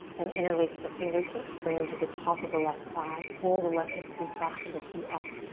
then interlace the fingertips, bring em to the top of the left thigh, pull the left hip crease back to lift you up.